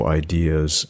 ideas